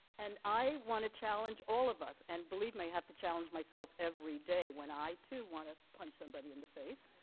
and i want to challenge all of us and believe me have to challenge myself every day when i too want to punch somebody in the face.